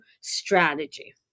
strategy